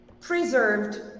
preserved